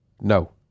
No